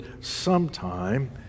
sometime